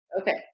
Okay